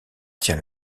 tient